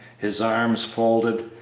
his arms folded,